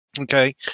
Okay